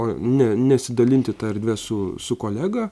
o ne nesidalinti ta erdve su su kolega